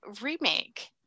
remake